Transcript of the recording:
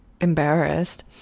embarrassed